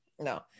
No